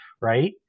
right